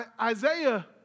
Isaiah